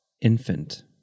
infant